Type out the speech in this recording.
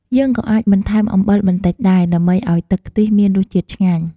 យើងក៏អាចបន្ថែមអំបិលបន្តិចដែរ ដើម្បីឲ្យទឹកខ្ទិះមានរសជាតិឆ្ងាញ់។